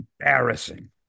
embarrassing